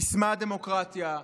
יישמה דמוקרטיה.